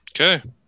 Okay